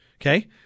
okay